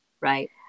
Right